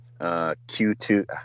Q2